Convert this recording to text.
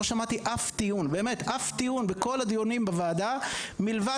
לא שמעתי אף טיעון בכל הדיונים בוועדה לבד